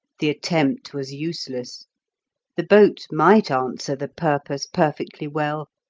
the attempt was useless the boat might answer the purpose perfectly well,